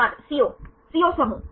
छात्र CO CO समूह